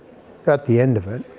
at the end of it